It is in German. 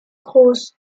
groß